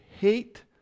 hate